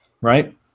right